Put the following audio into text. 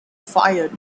fired